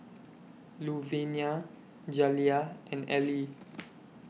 Louvenia Jaliyah and Elie